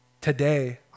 today